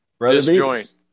Disjoint